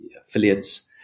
affiliates